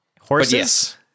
Horses